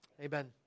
Amen